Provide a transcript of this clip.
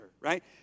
right